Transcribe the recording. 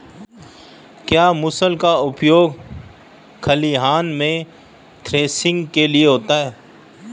क्या मूसल का उपयोग खलिहान में थ्रेसिंग के लिए होता है?